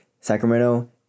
Sacramento